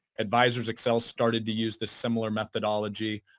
advisors excel started to use this similar methodology,